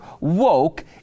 woke